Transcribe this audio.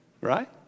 right